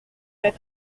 que